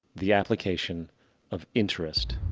the application of interest.